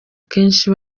kenshi